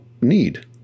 need